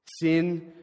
Sin